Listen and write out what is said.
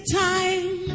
time